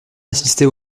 assistait